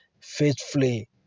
faithfully